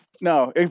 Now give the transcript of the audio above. No